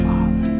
Father